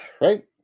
right